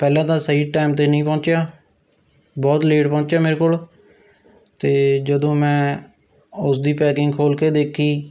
ਪਹਿਲਾਂ ਤਾਂ ਸਹੀ ਟਾਇਮ 'ਤੇ ਨਹੀਂ ਪਹੁੰਚਿਆ ਬਹੁਤ ਲੇਟ ਪਹੁੰਚਿਆ ਮੇਰੇ ਕੋਲ ਅਤੇ ਜਦੋਂ ਮੈਂ ਉਸਦੀ ਪੈਕਿੰਗ ਖੋਲ੍ਹ ਕੇ ਦੇਖੀ